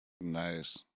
Nice